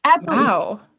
Wow